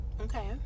Okay